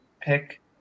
pick